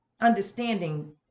understanding